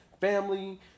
family